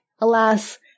Alas